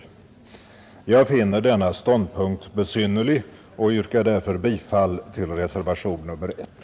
Jag finner denna ståndpunkt besynnerlig och yrkar därför bifall till reservationen 1.